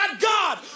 God